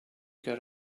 got